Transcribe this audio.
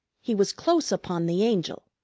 he was close upon the angel.